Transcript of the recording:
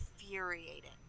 infuriating